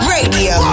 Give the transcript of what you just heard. Radio